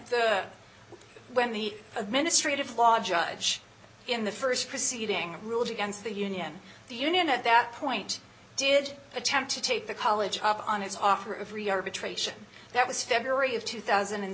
when the administrative law judge in the st proceeding ruled against the union the union at that point did attempt to take the college up on his offer of free arbitration that was february of two thousand and